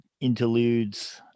interludes